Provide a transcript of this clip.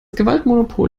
gewaltmonopol